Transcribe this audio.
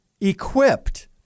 equipped